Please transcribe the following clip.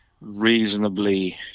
reasonably